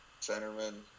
Centerman